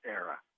era